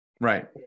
Right